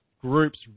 groups